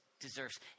deserves